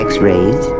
X-rays